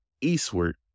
eastward